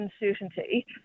uncertainty